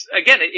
again